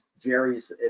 Jerry's